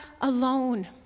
alone